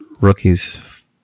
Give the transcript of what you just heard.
rookies